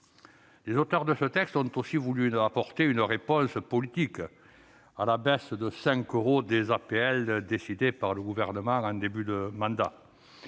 Les auteurs de ce texte ont également voulu apporter une réponse politique à la baisse de 5 euros des APL, décidée par le Gouvernement en début de mandat,